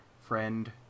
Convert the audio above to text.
friend